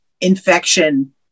infection